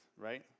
right